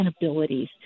abilities